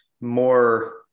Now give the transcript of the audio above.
more